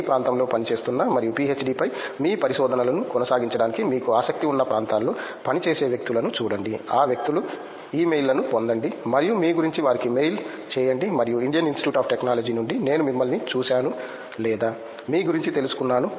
మీ ప్రాంతంలో పనిచేస్తున్న మరియు పీహెచ్డీపై మీ పరిశోధనలను కొనసాగించడానికి మీకు ఆసక్తి ఉన్న ప్రాంతాల్లో పనిచేసే వ్యక్తులను చూడండి ఆ వ్యక్తుల ఇమెయిల్లను పొందండి మరియు మీ గురించి వారికి మెయిల్ చేయండి మరియు ఇండియన్ ఇన్స్టిట్యూట్ ఆఫ్ టెక్నాలజీ నుండి నేను మిమల్ని చూశాను లేదా మీ గురించి తెలుసుకున్నాను